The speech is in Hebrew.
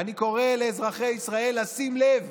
אני קורא לאזרחי ישראל לשים לב